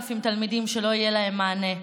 8,000 תלמידים שלא יהיה להם מענה,